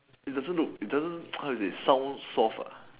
it doesn't look it doesn't how you say sound soft ah